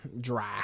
dry